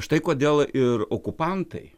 štai kodėl ir okupantai